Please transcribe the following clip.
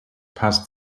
past